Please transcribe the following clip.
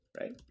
right